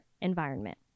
environment